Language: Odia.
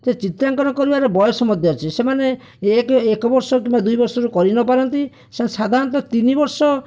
ଯେ ଚିତ୍ରାଙ୍କନ କରିବାର ବୟସ ମଧ୍ୟ ଅଛି ସେମାନେ ଏକେ ଏକ ବର୍ଷରୁ କିମ୍ବା ଦୁଇ ବର୍ଷରୁ କରିନପାରନ୍ତି ସେ ସାଧାରଣତଃ ତିନି ବର୍ଷ